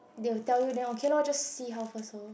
they will tell you then okay lor just see how first orh